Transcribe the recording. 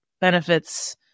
benefits